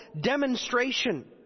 demonstration